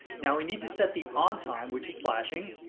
now we need to set the on time, which is flashing.